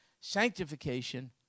sanctification